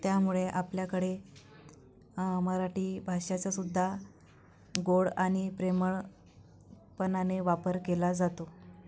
त्यामुळे आपल्याकडे मराठी भाषेचासुद्धा गोड आणि प्रेमळपणाने वापर केला जातो